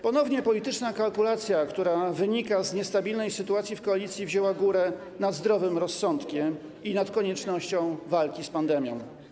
Ponownie polityczna kalkulacja, która wynika z niestabilnej sytuacji w koalicji, wzięła górę nad zdrowym rozsądkiem i nad koniecznością walki z pandemią.